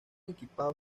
equipados